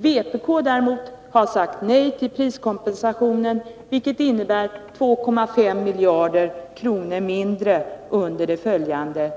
Vpk däremot har sagt nej till priskompensationen, vilket innebär 2,5 miljarder kronor mindre under det följande